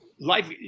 life